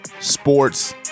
sports